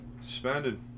Suspended